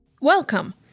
Welcome